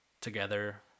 Together